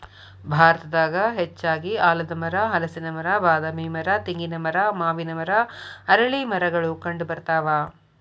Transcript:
ಭಾರತದಾಗ ಹೆಚ್ಚಾಗಿ ಆಲದಮರ, ಹಲಸಿನ ಮರ, ಬಾದಾಮಿ ಮರ, ತೆಂಗಿನ ಮರ, ಮಾವಿನ ಮರ, ಅರಳೇಮರಗಳು ಕಂಡಬರ್ತಾವ